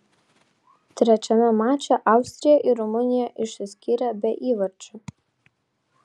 trečiame mače austrija ir rumunija išsiskyrė be įvarčių